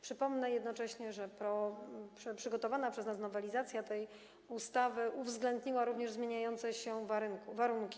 Przypomnę jednocześnie, że przygotowana przez nas nowelizacja tej ustawy uwzględniła również zmieniające się warunki.